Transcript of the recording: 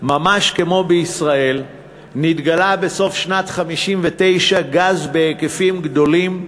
ממש כמו בישראל נתגלה בסוף שנת 1959 גז בהיקפים גדולים,